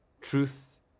truth